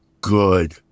good